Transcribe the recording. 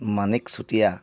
Manik Chutia